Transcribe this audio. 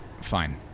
fine